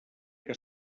que